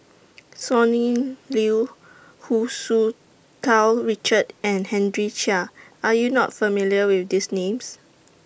Sonny Liew Hu Tsu Tau Richard and Henry Chia Are YOU not familiar with These Names